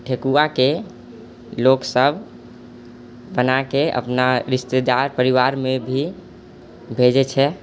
ठेकुआके लोक सब बनाके अपना रिश्तेदार परिवारमे भी भेजए छै